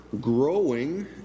growing